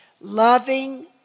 Loving